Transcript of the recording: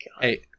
Hey